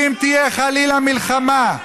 אם תהיה, חלילה, מלחמה,